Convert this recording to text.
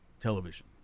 television